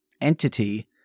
entity